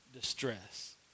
distress